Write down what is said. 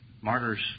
Martyrs